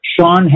Sean